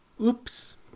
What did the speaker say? Oops